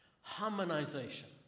Harmonization